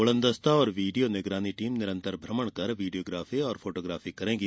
उड़नदस्ता और वीडियो निगरानी टीम निरंतर भ्रमण कर वीडियोग्राफी और फोटोग्राफी करेंगी